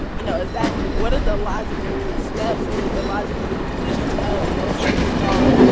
you know is that what are the logical steps or the logical conclusion of those type of laws?